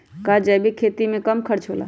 का जैविक खेती में कम खर्च होला?